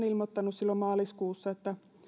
silloin maaliskuussa